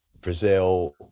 Brazil